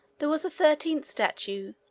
there was a thirteenth statue,